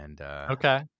Okay